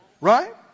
Right